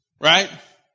right